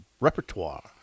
repertoire